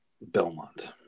Belmont